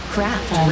Craft